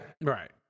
Right